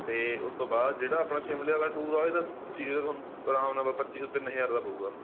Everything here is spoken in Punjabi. ਅਤੇ ਉਸ ਤੋਂ ਬਾਅਦ ਜਿਹੜਾ ਆਪਣਾ ਸ਼ਿਮਲੇ ਵਾਲਾ ਟੂਰ ਆ ਇਹਦਾ ਠੀਕ ਹੈ ਤਾਂ ਤੁਹਾਨੂੰ ਆਰਾਮ ਨਾਲ ਪੱਚੀ ਸੌ ਤਿੰਨ ਹਜ਼ਾਰ ਦਾ ਪਵੇਗਾ